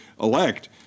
elect